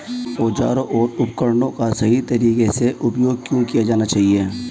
औजारों और उपकरणों का सही तरीके से उपयोग क्यों किया जाना चाहिए?